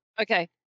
Okay